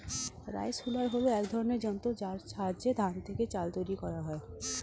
rice huller হল এক ধরনের যন্ত্র যার সাহায্যে ধান থেকে চাল তৈরি করা হয়